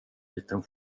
liten